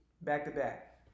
back-to-back